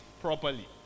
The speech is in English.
properly